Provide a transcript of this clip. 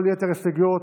כל יתר ההסתייגויות,